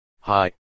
Hi